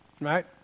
right